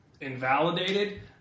invalidated